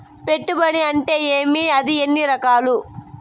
పెట్టుబడి అంటే ఏమి అది ఎన్ని రకాలు